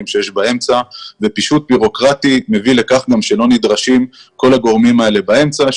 שיש באמצע ופישוט בירוקרטי מביא לכך שלא נדרשים כל הגורמים האלה באמצע,